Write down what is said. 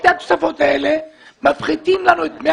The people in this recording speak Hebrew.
שתי התוספות האלה מפחיתים לנו את דמי